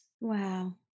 Wow